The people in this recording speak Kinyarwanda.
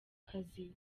kazi